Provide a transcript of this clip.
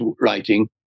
writing